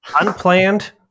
unplanned